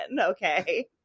Okay